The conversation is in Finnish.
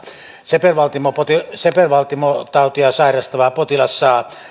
sepelvaltimotautia sepelvaltimotautia sairastava potilas saa